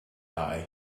die